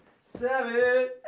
seven